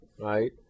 right